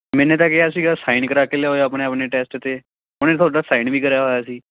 ਮੈਨੇ ਤਾਂ ਕਿਹਾ ਸੀਗਾ ਸਾਈਨ ਕਰਾ ਕੇ ਲਿਆਇਓ ਆਪਣੇ ਆਪਣੇ ਟੈਸਟ 'ਤੇ ਉਹਨੇ ਤੁਹਾਡਾ ਸਾਈਨ ਵੀ ਕਰਿਆ ਹੋਇਆ ਸੀ